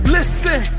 Listen